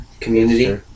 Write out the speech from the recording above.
Community